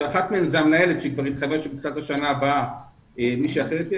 שאחת מהן היא המנהלת שלקראת השנה הבאה מישהי אחרת תהיה